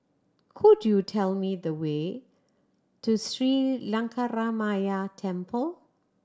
could you tell me the way to Sri Lankaramaya Temple